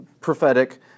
prophetic